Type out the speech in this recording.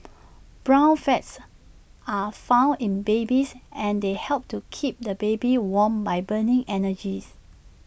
brown fats are found in babies and they help to keep the baby warm by burning energy